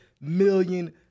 million